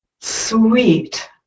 sweet